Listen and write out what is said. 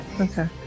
okay